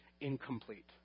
incomplete